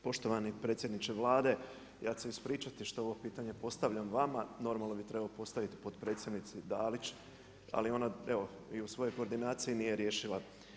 Poštovani predsjedniče Vlade, ja ću se ispričati što ovo pitanje postavljam vama, normalno bi trebao postaviti potpredsjednici Dalić, ali ona evo i u svojoj koordinaciji nije riješila.